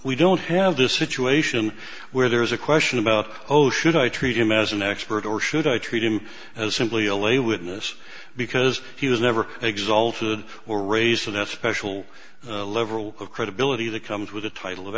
we don't have this situation where there is a question about oh should i treat him as an expert or should i treat him as simply a lay witness because he was never exalted or raised in that special level of credibility that comes with the title of